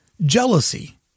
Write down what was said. Jealousy